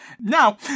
Now